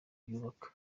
byubaka